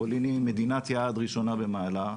פולין היא מדינת יעד ראשונה במעלה.